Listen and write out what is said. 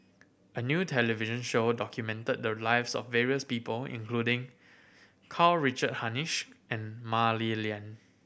a new television show documented the lives of various people including Karl Richard Hanitsch and Mah Li Lian